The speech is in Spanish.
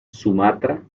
sumatra